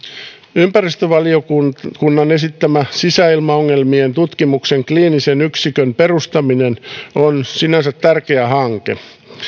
ympäristövaliokunnan esittämä sisäilmaongelmien tutkimuksen kliinisen yksikön perustaminen on sinänsä tärkeä hanke